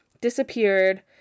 disappeared